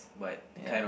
ya